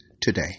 Today